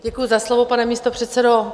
Děkuji za slovo, pane místopředsedo.